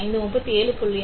5 முதல் 37